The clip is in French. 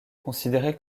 considérée